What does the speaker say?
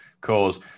cause